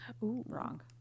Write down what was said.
wrong